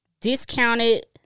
discounted